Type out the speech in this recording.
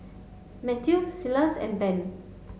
Mathew Silas and Ben